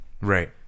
Right